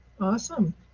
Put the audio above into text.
awesome